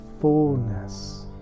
fullness